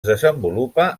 desenvolupa